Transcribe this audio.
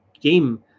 game